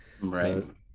Right